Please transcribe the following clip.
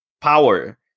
power